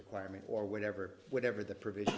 requirement or whatever whatever the provi